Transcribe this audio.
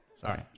Sorry